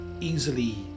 easily